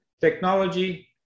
technology